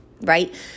right